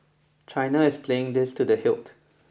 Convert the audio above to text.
China is playing this to the hilt